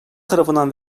tarafından